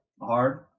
Hard